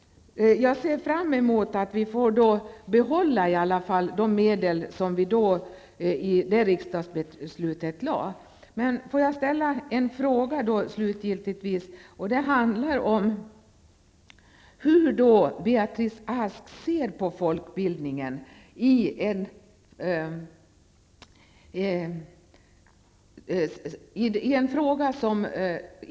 Jag ser fram emot att vi får behålla de medel som redovisades i det riksdagsbeslutet. Hur ser Beatrice Ask på folkbildningen?